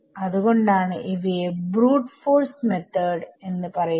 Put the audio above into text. അത്കൊണ്ടാണ് ഇവയെ brute force method എന്ന് പറയുന്നത്